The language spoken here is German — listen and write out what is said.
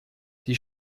die